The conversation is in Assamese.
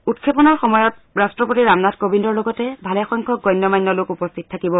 উৎক্ষেপনৰ সময়ত ৰাট্টপতি ৰামনাথ কোবিন্দৰ লগতে ভালেসংখ্যক গণ্যমান্য লোক উপস্থিত থাকিব